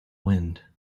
wind